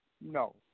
No